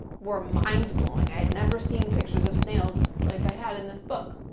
were mind blowing, i had never seen pictures of snails, like i had in this book.